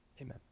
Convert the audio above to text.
amen